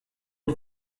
une